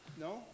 No